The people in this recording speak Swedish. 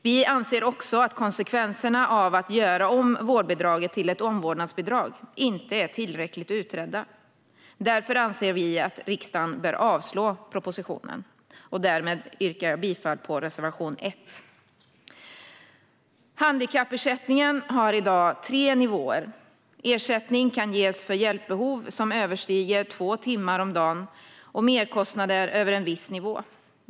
Vi anser också att konsekvenserna av att göra om vårdbidraget till ett omvårdnadsbidrag inte är tillräckligt utredda och att riksdagen därför bör avslå propositionen. Därmed yrkar jag bifall till reservation 1. Handikappersättningen har i dag tre nivåer. Ersättning kan ges för hjälpbehov som överstiger två timmar om dagen och merkostnader över en viss nivå.